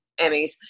Emmys